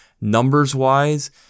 numbers-wise